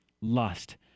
lust